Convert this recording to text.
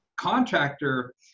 contractor